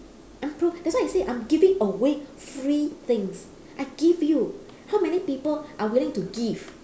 I'm pro~ that's why I say I'm giving away free things I give you how many people are willing to give